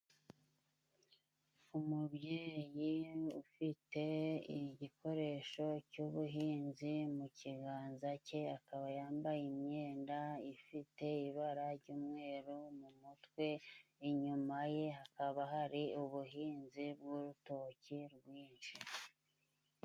Umubyeyi ufite igikoresho cy'ubuhinzi mu kiganza cye, akaba yambaye imyenda ifite ibara ry'umweru mu mutwe, inyuma ye hakaba hari ubuhinzi bw'urutoke rwinshi.